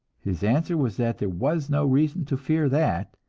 his answer was that there was no reason to fear that,